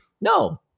No